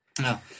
No